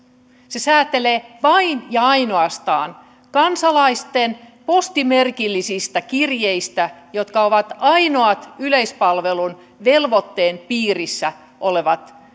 se säätelee vain ja ainoastaan kansalaisten postimerkillisistä kirjeistä jotka ovat ainoat yleispalvelun velvoitteen piirissä olevat